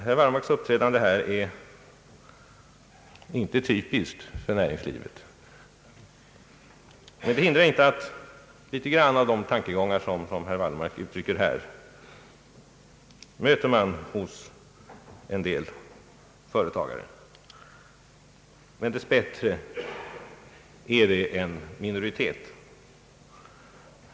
Herr Wallmarks uppträdande i denna fråga är dessbättre inte typiskt för näringslivet, men det hindrar inte att man hos en del företagare möter litet grand av de tankegångar som herr Wallmark i dag låtit komma till uttryck.